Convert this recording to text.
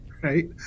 Right